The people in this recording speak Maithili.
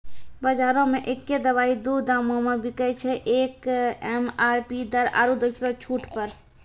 बजारो मे एक्कै दवाइ दू दामो मे बिकैय छै, एक एम.आर.पी दर आरु दोसरो छूट पर